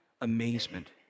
amazement